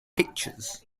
pictures